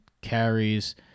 carries